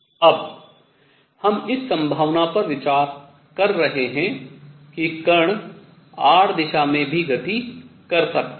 अब हम इस संभावना पर विचार कर रहे हैं कि कण r दिशा में भी गति कर सकता है